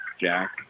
Jack